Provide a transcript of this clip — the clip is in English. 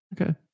Okay